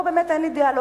פה באמת אין לי דעה,